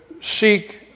seek